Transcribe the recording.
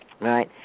right